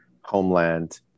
homeland